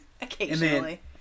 occasionally